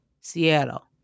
Seattle